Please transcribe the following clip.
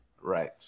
Right